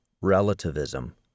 relativism